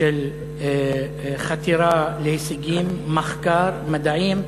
של חתירה להישגים, מחקר, מדעים,